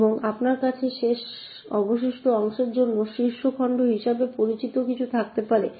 এবং আপনার কাছে শেষ অবশিষ্ট অংশের জন্য শীর্ষ খণ্ড হিসাবে পরিচিত কিছু থাকতে পারে